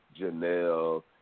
Janelle